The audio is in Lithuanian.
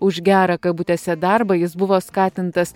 už gerą kabutėse darbą jis buvo skatintas